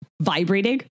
vibrating